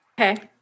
Okay